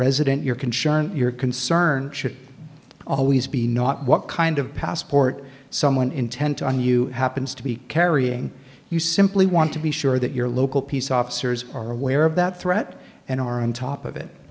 resident your concern your concern should always be not what kind of passport someone intent on you happens to be carrying you simply want to be sure that your local peace officers are aware of that threat and are on top of it